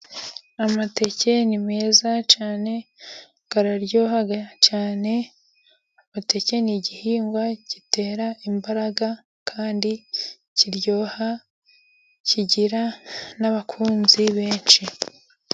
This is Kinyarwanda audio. Amateke ni meza cyane, araryoha cyane, amateke ni igihingwa gitera imbaraga kandi kiryoha, kigira n'abakunzi benshi.